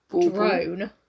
Drone